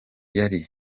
yari